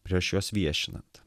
prieš juos viešinant